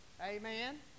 Amen